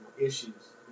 issues